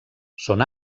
són